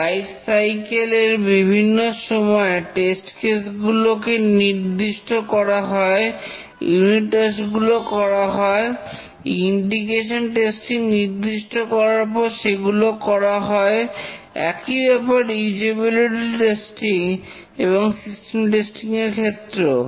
life cycle এর বিভিন্ন সময়ে টেস্ট কেসগুলো কে নির্দিষ্ট করা হয় ইউনিট টেস্টগুলো করা হয় ইন্টিগ্রেশন টেস্টিং নির্দিষ্ট করার পর সেগুলো করা হয় একই ব্যাপার ইউজেবিলিটি টেস্টিং এবং সিস্টেম টেস্টিং এর ক্ষেত্রেও